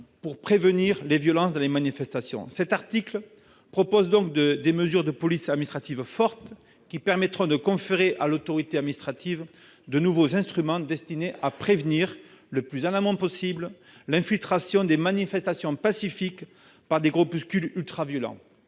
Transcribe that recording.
pour prévenir les violences dans les manifestations. Cet article comporte des mesures de police administrative fortes qui permettront de conférer à l'autorité administrative de nouveaux instruments destinés à prévenir, le plus en amont possible, l'infiltration des manifestations pacifiques par des groupuscules ultraviolents.